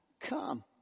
come